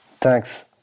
thanks